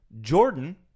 Jordan